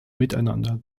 miteinander